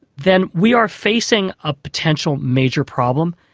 then we are facing a potential major problem.